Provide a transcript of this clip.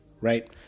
right